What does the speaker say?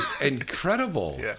incredible